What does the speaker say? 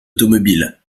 automobile